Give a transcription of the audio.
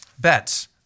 Bets